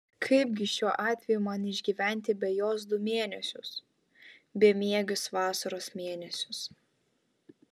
kaipgi šiuo atveju man išgyventi be jos du mėnesius bemiegius vasaros mėnesius